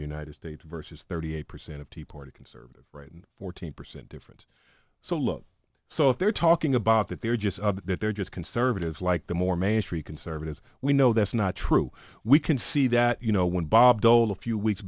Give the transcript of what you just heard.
united states versus thirty eight percent of tea party conservative right and fourteen percent difference so low so if they're talking about that they're just that they're just conservatives like the more mainstream conservatives we know that's not true we can see that you know when bob dole a few weeks